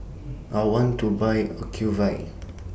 I want to Buy Ocuvite